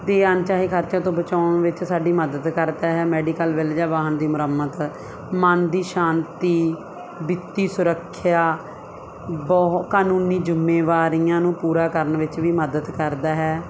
ਅਤੇ ਅਣਚਾਹੇ ਖਰਚੇ ਤੋਂ ਬਚਾਉਣ ਵਿੱਚ ਸਾਡੀ ਮਦਦ ਕਰਦਾ ਹੈ ਮੈਡੀਕਲ ਬਿੱਲ ਜਾਂ ਵਾਹਣ ਦੀ ਮੁਰੰਮਤ ਮਨ ਦੀ ਸ਼ਾਂਤੀ ਵਿੱਤੀ ਸੁਰੱਖਿਆ ਬਹੁ ਕਾਨੂੰਨੀ ਜ਼ਿੰਮੇਵਾਰੀਆਂ ਨੂੰ ਪੂਰਾ ਕਰਨ ਵਿੱਚ ਵੀ ਮਦਦ ਕਰਦਾ ਹੈ